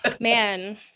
Man